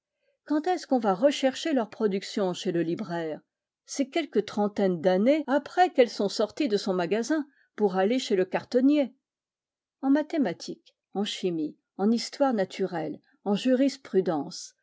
quand est-ce qu'on va rechercher leurs productions chez le libraire c'est quelque trentaine d'années après qu'elles sont sorties de son magasin pour aller chez le cartonnier en mathématiques en chimie en histoire naturelle en jurisprudence